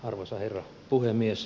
arvoisa herra puhemies